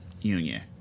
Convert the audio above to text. Union